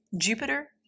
Jupiter